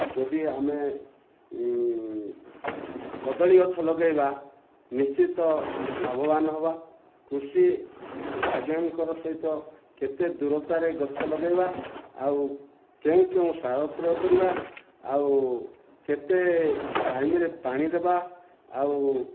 ଯଦି ଆମେ କଦଳୀ ଗଛ ଲଗେଇବା ନିଶ୍ଚିତ ଲାଭବାନ ହବା କୃଷି ଆଜ୍ଞାଙ୍କର ସହିତ କେତେ ଦୂରତାରେ ଗଛ ଲଗାଇବା ଆଉ କେଉଁ କେଉଁ ସାର ପ୍ରୟୋଗ କରିବା ଆଉ କେତେ ଟାଇମ୍ରେ ପାଣିଦେବା ଆଉ